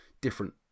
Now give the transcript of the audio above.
different